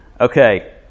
Okay